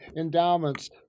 endowments